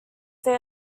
they